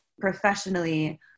professionally